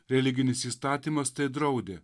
religinis įstatymas tai draudė